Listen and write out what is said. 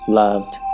loved